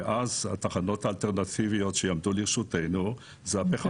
ואז התחנות האלטרנטיביות שיעמדו לרשותנו הן הפחמיות.